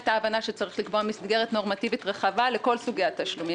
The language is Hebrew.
היתה הבנה שצריך לקבוע מסגרת נורמטיבית רחבה לכל סוגי התשלומים